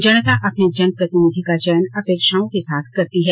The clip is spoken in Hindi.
जनता अपने जनप्रतिनिधि का चयन अपेक्षाओं के साथ करती है